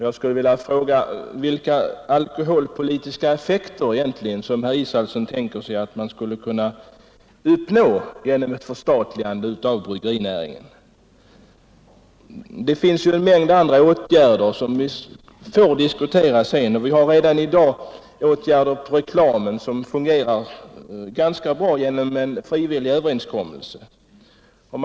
Jag skulle vilja fråga, vilka alkoholpolitiska effekter som herr Israelsson egentligen tänker sig att man skulle kunna uppnå genom ett förstatligande av bryggerinäringen. Det finns ju en mängd andra tänkbara åtgärder, som vi får diskutera sedan, och redan i dag har vi åtgärder på reklamens område, genom en frivillig överenskommelse, som fungerar ganska bra.